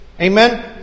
Amen